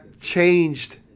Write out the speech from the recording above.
changed